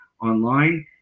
online